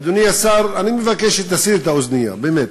אדוני השר, אני מבקש שתסיר את האוזניות, באמת.